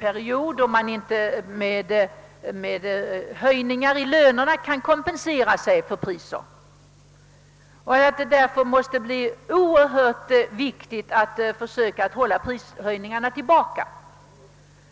period när man inte med höjningar av lönerna kan kompensera sig för prisstegringar. Därför måste det vara oerhört viktigt att försöka hålla prishöjningarna tillbaka.